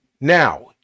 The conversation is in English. now